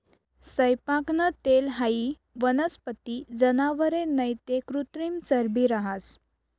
सैयपाकनं तेल हाई वनस्पती, जनावरे नैते कृत्रिम चरबी रहास